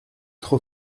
trop